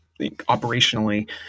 operationally